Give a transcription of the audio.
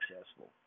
successful